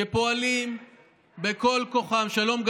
שפועלים בכל כוחם שלום,